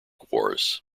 wars